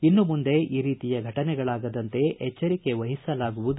ಇನ್ನು ಮುಂದೆ ಈ ರೀತಿಯ ಫಟನೆಗಳಾಗದಂತೆ ಎಜ್ಜರಿಕೆ ವಹಿಸಲಾಗುವುದು